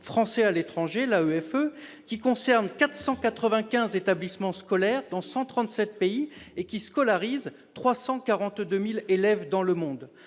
français à l'étranger, l'AEFE, qui concerne 495 établissements scolaires répartis dans 137 pays et scolarise 342 000 élèves dans le monde.